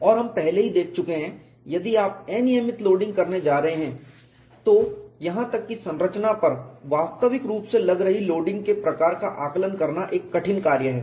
और हम पहले ही देख चुके हैं यदि आप अनियमित लोडिंग करने जा रहे हैं तो यहां तक कि संरचना पर वास्तविक रूप से लग रही लोडिंग के प्रकार का आकलन करना एक कठिन कार्य है